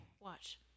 watch